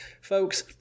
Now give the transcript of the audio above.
folks